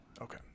okay